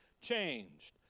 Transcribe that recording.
changed